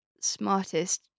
smartest